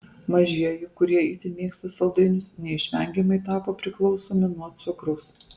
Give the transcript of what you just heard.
mažieji kurie itin mėgsta saldainius neišvengiamai tapo priklausomi nuo cukraus